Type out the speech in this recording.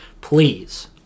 Please